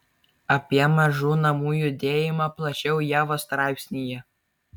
apie mažų namų judėjimą plačiau ievos straipsnyje